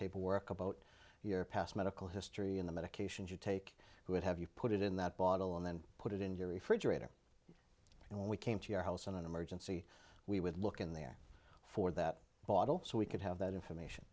paperwork about your past medical history in the medications you take who would have you put it in that bottle and then put it in your refrigerator when we came to your house in an emergency we would look in there for that bottle so we could have that information